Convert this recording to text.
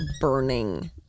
burning